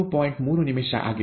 3 ನಿಮಿಷ ಆಗಿದೆ